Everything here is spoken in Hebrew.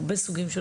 יש הרבה סוגים של